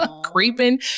Creeping